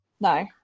No